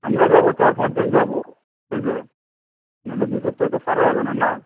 আমরা যাবো চার পাঁচজন যাবো বুঝলে নইলে দু সপ্তাহে তো সারা যাবে না না